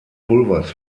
pulvers